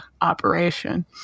operation